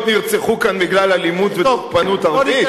נרצחו כאן בגלל אלימות ותוקפנות ערבית?